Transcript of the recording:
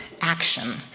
action